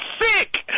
sick